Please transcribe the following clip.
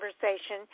conversation